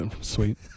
Sweet